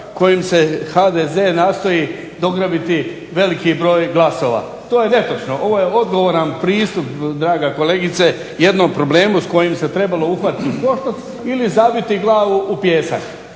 kojom se HDZ nastoji dograbiti veliki broj glasova. To je netočno. Ovo je odgovoran pristup draga kolegice jednom problemu s kojim se trebalo uhvatiti u koštac ili zabiti glavu u pijesak.